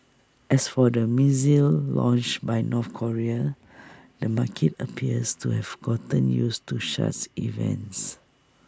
as for the missile launch by North Korea the market appears to have gotten used to such events